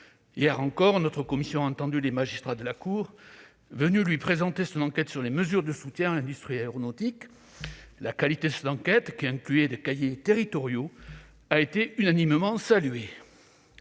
Hier encore, notre commission a entendu les magistrats de la Cour venus lui présenter son enquête sur les mesures de soutien à l'industrie aéronautique. La qualité de cette enquête, qui incluait des cahiers territoriaux, a été unanimement saluée.